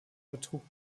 betrug